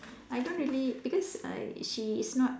I don't really because uh she is not